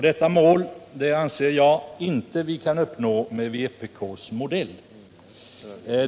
Detta mål anser jag inte vi kan uppnå med vpk:s modell.